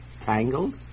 tangled